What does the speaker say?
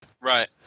Right